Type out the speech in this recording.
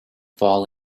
fall